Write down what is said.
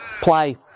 play